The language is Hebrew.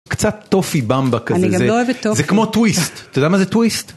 קצת טופי במבה כזה, זה כמו טוויסט, אתה יודע מה זה טוויסט?